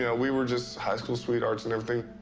yeah we were just high school sweethearts and everything.